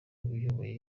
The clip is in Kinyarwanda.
uyoboye